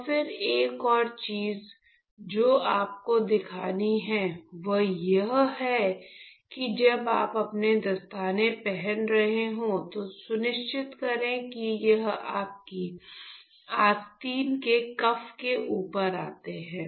और फिर एक और चीज जो आपको देखनी है वह यह है कि जब आप अपने दस्ताने पहन रहे हों तो सुनिश्चित करें कि यह आपकी आस्तीन के कफ के ऊपर आता है